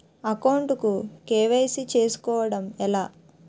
Account కు KYC చేసుకోవడం ఎలా?